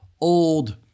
old